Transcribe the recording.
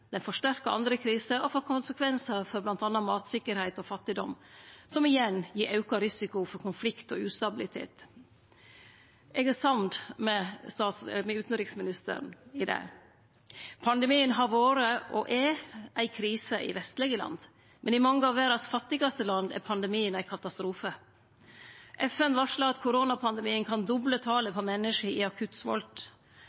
forsterkar andre kriser og får konsekvensar for bl.a. matsikkerheit og fattigdom, som igjen gir auka risiko for konflikt og ustabilitet. Eg er samd med utanriksministeren i det. Pandemien har vore og er ei krise i vestlege land, men i mange av verdas fattigaste land er pandemien ein katastrofe. FN varslar at koronapandemien kan doble talet